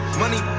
money